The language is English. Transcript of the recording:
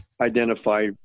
identify